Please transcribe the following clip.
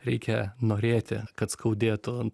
reikia norėti kad skaudėtų